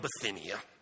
Bithynia